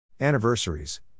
Anniversaries